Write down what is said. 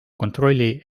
kontrolli